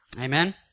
Amen